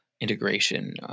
integration